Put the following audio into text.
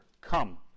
Come